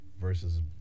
versus